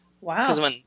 Wow